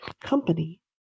Company